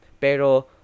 Pero